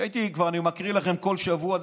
שאני מקריא לכם כל שבוע.